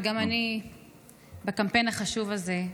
וגם אני בקמפיין החשוב הזה.